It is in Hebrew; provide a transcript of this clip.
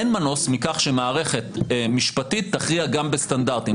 אין מנוס מכך שמערכת משפטית תכריע גם בסטנדרטים.